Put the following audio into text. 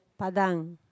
Padang